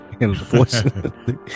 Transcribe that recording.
Unfortunately